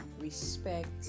respect